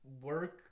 work